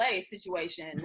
situation